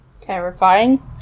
terrifying